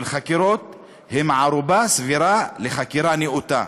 חקירות הם ערובה סבירה לחקירה נאותה.